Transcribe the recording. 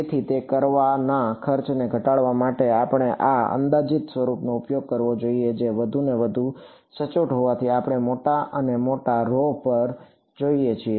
તેથી તે કરવાના ખર્ચને ઘટાડવા માટે આપણે આ અંદાજિત સ્વરૂપનો ઉપયોગ કરવો જોઈએ જે વધુ અને વધુ સચોટ હોવાથી આપણે મોટા અને મોટા rho પર જઈએ છીએ